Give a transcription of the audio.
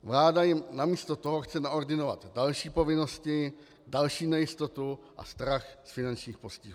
Vláda jim namísto toho chce naordinovat další povinnosti, další nejistotu a strach z finančních postihů.